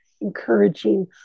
encouraging